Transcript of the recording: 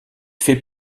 fait